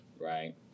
right